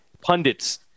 pundits